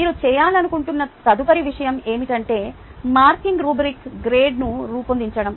మీరు చేయాలనుకుంటున్న తదుపరి విషయం ఏమిటంటే మార్కింగ్ రుబ్రిక్ గైడ్ను రూపొందించడం